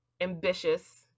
ambitious